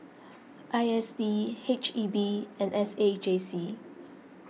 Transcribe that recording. I S D H E B and S A J C